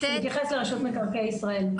שמתייחס לרשות מקרקעי ישראל.